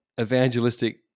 evangelistic